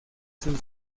sus